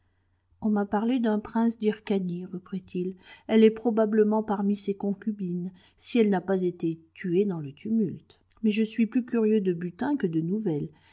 on m'a parlé d'un prince d'hyrcanie reprit-il elle est probablement parmi ses concubines si elle n'a pas été tuée dans le tumulte mais je suis plus curieux de butin que de nouvelles